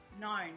known